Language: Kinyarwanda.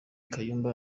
kayumba